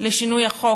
לשינוי החוק,